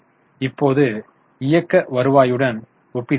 இப்போது இயக்க வருவாயுடன் ஒப்பிடுகிறோம்